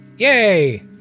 Yay